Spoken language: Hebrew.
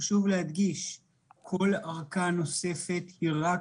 חשוב להדגיש שכל ארכה נוספת היא רק